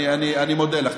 אני מודה לך,